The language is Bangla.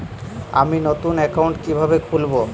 আমি নতুন অ্যাকাউন্ট কিভাবে খুলব?